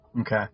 Okay